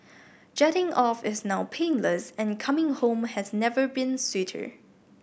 jetting off is now painless and coming home has never been sweeter